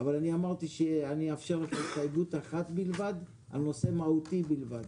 אבל אני אמרתי שאני אאפשר הסתייגות אחת בלבד על נושא מהותי בלבד.